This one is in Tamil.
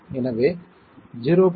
எனவே 0